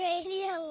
Radio